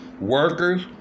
workers